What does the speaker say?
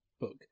book